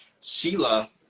Sheila